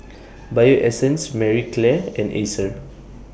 Bio Essence Marie Claire and Acer